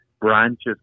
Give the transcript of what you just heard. branches